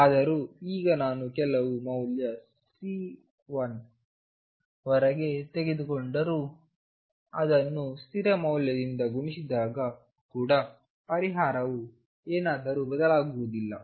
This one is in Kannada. ಆದರೂ ಈಗ ನಾನು ಕೆಲವು ಮೌಲ್ಯ CI ವರೆಗೆ ತೆಗೆದುಕೊಂಡರೂ ಅದನ್ನು ಸ್ಥಿರಮೌಲ್ಯದಿಂದ ಗುಣಿಸಿದಾಗ ಕೂಡ ಪರಿಹಾರವು ಏನಾದರೂ ಬದಲಾಗುವುದಿಲ್ಲ